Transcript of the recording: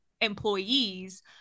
employees